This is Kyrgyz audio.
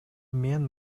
мен